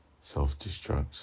self-destruct